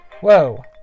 Whoa